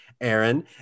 Aaron